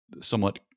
somewhat